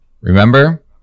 Remember